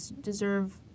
deserve